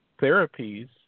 therapies